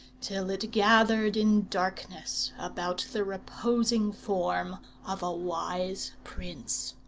till it gathered in darkness about the reposing form of a wise prince.